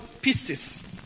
pistis